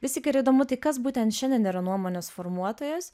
vis tik yra įdomu tai kas būtent šiandien yra nuomonės formuotojas